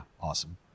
awesome